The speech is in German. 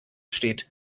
steht